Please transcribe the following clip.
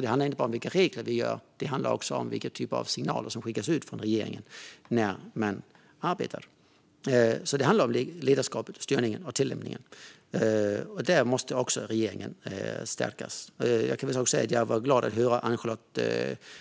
Det handlar alltså inte bara om regler, utan det handlar också om vilken typ av signaler som skickas ut från regeringen när man arbetar. Det handlar om ledarskap, styrning och tillämpning, och där måste regeringen stärka arbetet. Jag kan säga att jag blev glad att höra att Ann-Charlotte